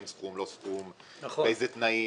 כן סכום, לא סכום, באיזה תנאים.